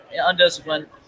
undisciplined